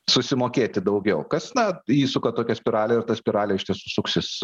susimokėti daugiau kas na įsuka tokią spiralę ir ta spiralė iš tiesų suksis